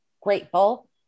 grateful